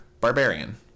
barbarian